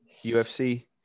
ufc